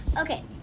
Okay